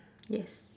yes